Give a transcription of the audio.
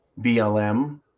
BLM